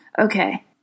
Okay